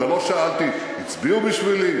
ולא שאלתי: הצביעו בשבילי?